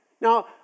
Now